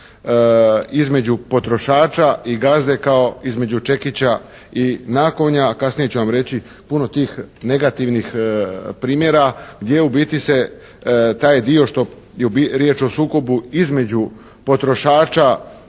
između potrošača i gazde kao između čekića i nakovnja. Kasnije ću vam reći puno tih negativnih primjera gdje u biti se taj dio što je riječ o sukobu između potrošača